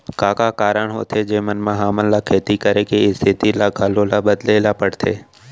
का का कारण होथे जेमन मा हमन ला खेती करे के स्तिथि ला घलो ला बदले ला पड़थे?